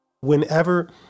Whenever